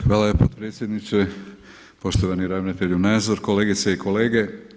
Hvala potpredsjedniče, poštovani ravnatelju Nazor, kolegice i kolege.